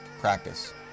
practice